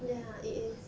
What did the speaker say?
ya it is